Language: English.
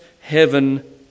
heaven